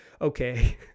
okay